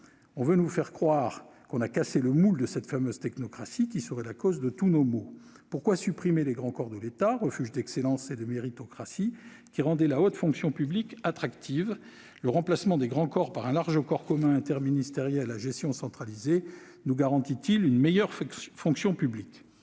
On veut faire nous faire croire que l'on a cassé le moule de cette fameuse technocratie qui serait la cause de tous nos maux. Pourquoi supprimer les grands corps de l'État, refuges d'excellence et de méritocratie qui rendaient la haute fonction publique attractive ? Le remplacement des grands corps par un large corps commun interministériel à la gestion centralisée nous garantit-il une meilleure fonction publique ?